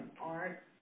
art